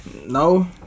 No